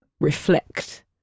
reflect